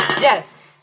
Yes